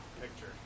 picture